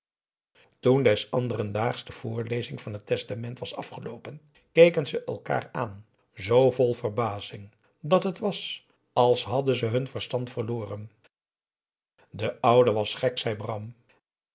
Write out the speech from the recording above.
toen des anderen daags de voorlezing van het testament was afgeloopen keken ze elkaar aan z vol verbazing dat het was als hadden ze hun verstand verloren de oude was gek zei bram